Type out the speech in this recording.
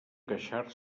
queixar